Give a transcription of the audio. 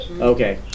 Okay